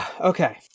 Okay